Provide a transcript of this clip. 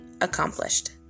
accomplished